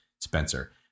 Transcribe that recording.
Spencer